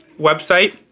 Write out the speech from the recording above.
website